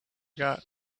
got